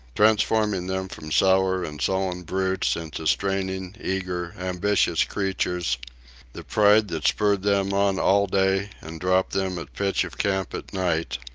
transforming them from sour and sullen brutes into straining, eager, ambitious creatures the pride that spurred them on all day and dropped them at pitch of camp at night,